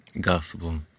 gospel